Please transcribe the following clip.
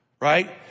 Right